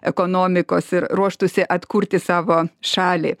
ekonomikos ir ruoštųsi atkurti savo šalį